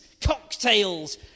cocktails